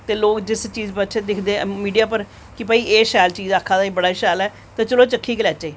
ते जिस चीज़ च दिक्खदे मीडिया च कि भई एह् शैल चीज़ आक्खा दे बड़ी शैल चीज़ ऐ ते चलो चक्खी गै लैचे